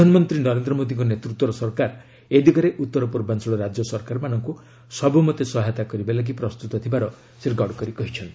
ପ୍ରଧାନମନ୍ତ୍ରୀ ନରେନ୍ଦ୍ର ମୋଦିଙ୍କ ନେତୃତ୍ୱର ସରକାର ଏ ଦିଗରେ ଉତ୍ତର ପୂର୍ବାଞ୍ଚଳ ରାଜ୍ୟ ସରକାରମାନଙ୍କୁ ସବୁମତେ ସହାୟତା କରିବାକୁ ପ୍ରସ୍ତୁତ ଥିବାର ଶ୍ରୀ ଗଡକରୀ କହିଚ୍ଚନ୍ତି